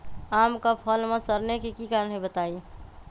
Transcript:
आम क फल म सरने कि कारण हई बताई?